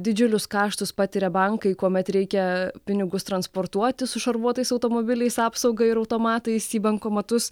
didžiulius kaštus patiria bankai kuomet reikia pinigus transportuoti su šarvuotais automobiliais apsauga ir automatais į bankomatus